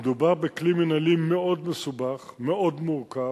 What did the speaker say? מדובר בכלי מינהלי מאוד מסובך, מאוד מורכב,